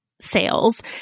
sales